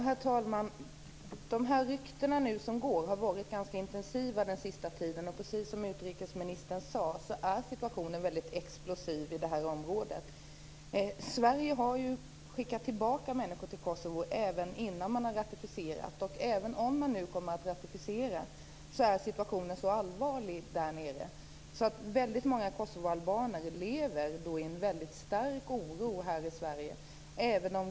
Herr talman! De rykten som går har varit ganska intensiva sista tiden. Precis som utrikesministern sade är situationen explosiv i det här området. Sverige har ju skickat tillbaka människor till Kosovo även innan man har ratificerat. Även om man kommer att ratificera är situationen så allvarlig där nere att många kosovoalbaner lever i stark oro här i Sverige.